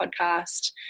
podcast